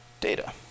data